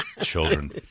Children